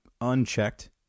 unchecked